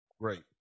Great